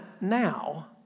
now